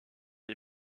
des